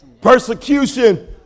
Persecution